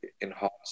enhance